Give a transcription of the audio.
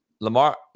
Lamar